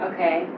Okay